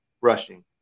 rushing